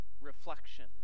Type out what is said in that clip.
reflection